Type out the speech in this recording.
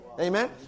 Amen